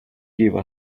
give